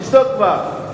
תשתוק כבר.